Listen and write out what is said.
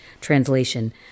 translation